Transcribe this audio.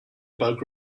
bug